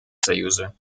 союза